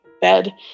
bed